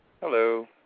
Hello